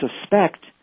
suspect